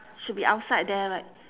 should be outside there right